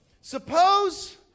suppose